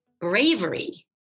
Bravery